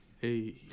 hey